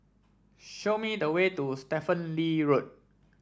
show me the way to Stephen Lee Road